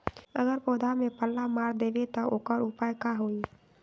अगर पौधा में पल्ला मार देबे त औकर उपाय का होई?